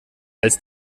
als